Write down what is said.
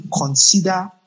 consider